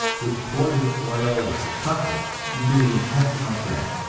which pours an oil or something into the intestinal tract,